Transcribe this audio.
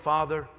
FATHER